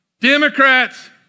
Democrats